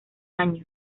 año